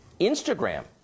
Instagram